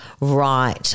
Right